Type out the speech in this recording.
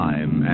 Time